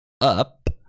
up